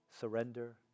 Surrender